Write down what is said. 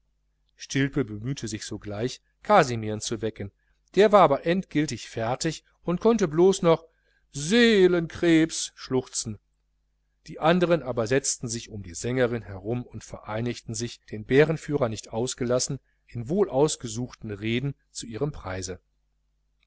stilpe bemühte sich sogleich kasimirn zu wecken aber der war endgiltig fertig und konnte blos noch seelenkrebs schluchzen die andern aber setzten sich um die sängerin herum und vereinigten sich den bärenführer nicht ausgeschlossen in wohlausgesuchten reden zu ihrem preise